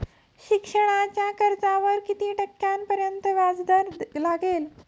शिक्षणाच्या कर्जावर किती टक्क्यांपर्यंत व्याजदर लागेल?